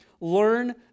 Learn